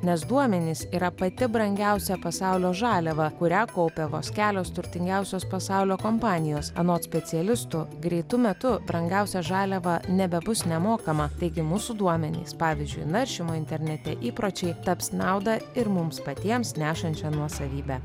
nes duomenys yra pati brangiausia pasaulio žaliava kurią kaupia vos kelios turtingiausios pasaulio kompanijos anot specialistų greitu metu brangiausia žaliava nebebus nemokama taigi mūsų duomenys pavyzdžiui naršymo internete įpročiai taps nauda ir mums patiems nešančia nuosavybe